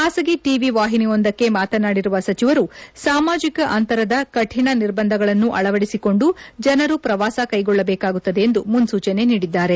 ಬಾಸಗಿ ಟಿವಿ ವಾಹಿನಿಯೊಂದಕ್ಕೆ ಮಾತನಾಡಿರುವ ಸಚಿವರು ಸಾಮಾಜಿಕ ಅಂತರದ ಕಡಿಣ ನಿರ್ಬಂಧಗಳನ್ನು ಅಳವಡಿಸಿಕೊಂಡು ಜನರು ಪ್ರವಾಸ ಕೈಗೊಳ್ಳಬೇಕಾಗುತ್ತದೆ ಎಂದು ಮುನ್ನೂಚನೆ ನೀಡಿದ್ದಾರೆ